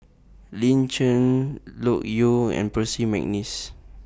Lin Chen Loke Yew and Percy Mcneice